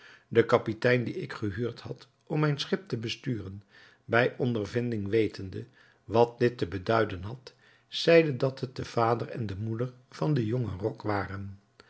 de kapitein dien ik gehuurd had om mijn schip te besturen bij ondervinding wetende wat dit te beduiden had zeide dat het de vader en de moeder van den jongen rok waren